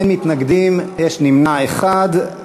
כפי שהוצג?